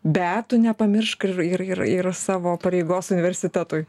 bet tu nepamiršk ir ir ir savo pareigos universitetui